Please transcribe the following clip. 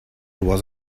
was